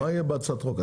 מה יהיה בהצעת החוק?